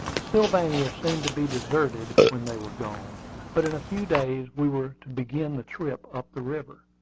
the sylvania seemed to be deserted when they were gone but in a few days we were to begin the trip up the river,